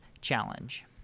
challenge